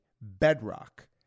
bedrock